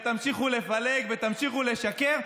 ותמשיכו לפלג ותמשיכו לשקר,